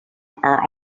are